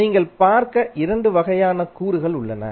நீங்கள் பார்க்க இரண்டு வகையான கூறுகள் உள்ளன